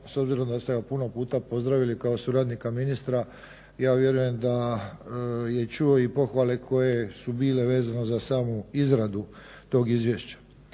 S obzirom da ste ga puno puta pozdravili kao suradnika ministra ja vjerujem da je čuo i pohvale koje su bile vezano za samu izradu tog izvješća.